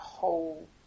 whole